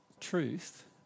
truth